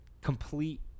complete